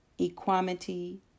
equanimity